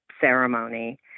ceremony